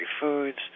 foods